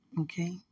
okay